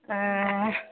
ଏଁ